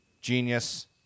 genius